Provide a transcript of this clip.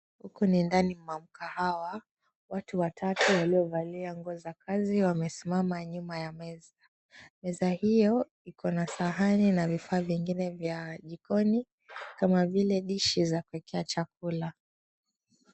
Huku ni ndani mwa mkahawa. Watu watatu waliovalia nguo za kazi wamesimama nyuma ya meza. Meza hiyo iko na sahani na vifaa vingine vya jikoni, kama vile dishi za kuwekea chakula.